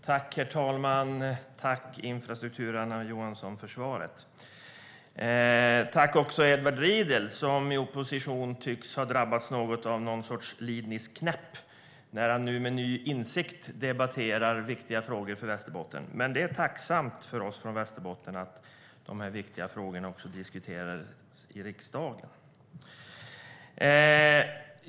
Herr talman! Jag tackar infrastrukturminister Anna Johansson för svaret. Jag tackar också Edward Riedl, som i opposition tycks ha drabbats av någon sorts lidnersk knäpp och nu med ny insikt debatterar för Västerbotten viktiga frågor. Det är tacknämligt för oss från Västerbotten att de här viktiga frågorna diskuteras också i riksdagen.